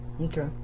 Okay